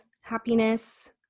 happiness